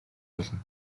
болно